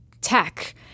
tech